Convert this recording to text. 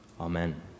Amen